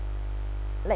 like